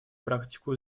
практику